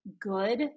good